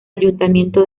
ayuntamiento